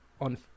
on